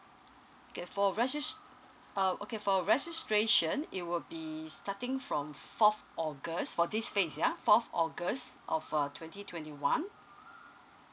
okay for regis~ uh okay for registration it will be starting from fourth august for this phase yeah fourth august of uh twenty twenty one